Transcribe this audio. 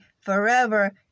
forever